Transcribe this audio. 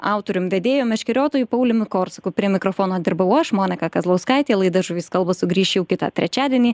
autorium vedėju meškeriotoju pauliumi korsaku prie mikrofono dirbau aš monika kazlauskaitė laida žuvys kalba sugrįš jau kitą trečiadienį